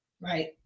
Right